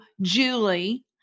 Julie